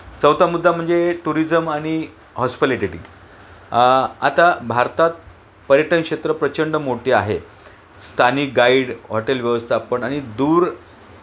चौथा मुद्दा म्हणजे टुरिजम आणि हॉस्पिलटिटी आता भारतात पर्यटन क्षेत्र प्रचंड मोठे आहे स्थानिक गाईड हॉटेल व्यवस्थापन आणि दूर